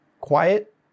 quiet